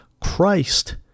Christ